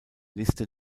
liste